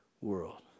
world